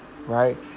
right